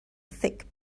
thick